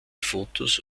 fotos